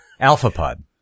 alphapod